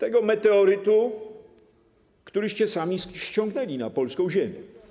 tego meteorytu, któryście sami ściągnęli na polską ziemię.